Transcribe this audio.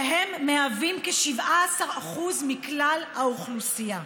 שהם כ-17% מכלל האוכלוסייה.